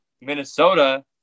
Minnesota